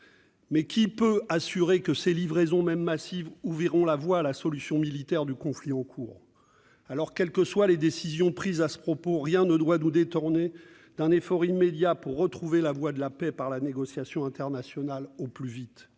qui peut assurer que ces livraisons, même massives, ouvriront la voie à la solution militaire du conflit en cours ? Quelles que soient les décisions prises, rien ne doit nous détourner d'un effort immédiat pour retrouver la voie de la paix par la négociation internationale, au plus vite.